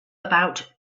about